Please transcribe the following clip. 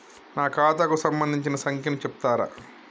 నా ఖాతా కు సంబంధించిన సంఖ్య ను చెప్తరా?